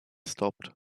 stopped